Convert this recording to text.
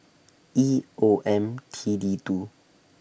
E O M T D two